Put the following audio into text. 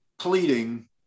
pleading